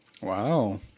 Wow